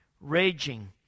raging